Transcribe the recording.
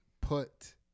put